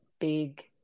big